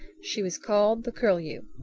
she was called the curlew.